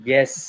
Yes